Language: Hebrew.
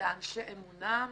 לאנשי אמונם